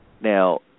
Now